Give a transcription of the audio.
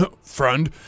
Friend